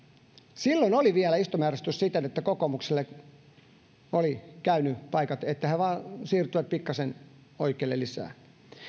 silloin oli vielä istumajärjestys siten että kokoomukselle olivat käyneet paikat että he vain siirtyvät pikkasen oikealle lisää